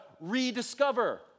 rediscover